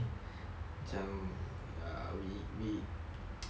macam err we we